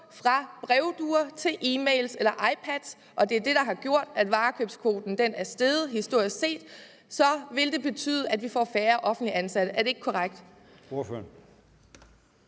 fra brevduer til e-mail eller iPad – og det er det, der har gjort, at varekøbskvoten historisk set er steget – vil det betyde, at vi får færre offentligt ansatte. Er det ikke korrekt?